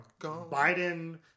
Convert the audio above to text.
Biden